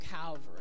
Calvary